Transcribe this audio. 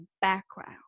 background